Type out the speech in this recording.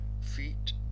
feet